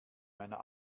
meiner